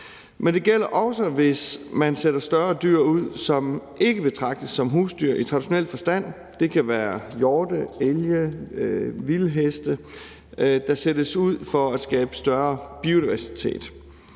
Men det gælder også, hvis man sætter større dyr ud, som ikke betragtes som husdyr i traditionel forstand. Det kan være hjorte, elge, vildheste, der sættes ud for at skabe større biodiversitet.